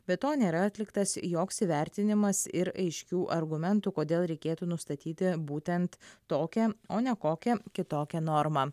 be to nėra atliktas joks įvertinimas ir aiškių argumentų kodėl reikėtų nustatyti būtent tokią o ne kokią kitokią normą